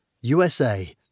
USA